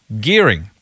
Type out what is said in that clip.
gearing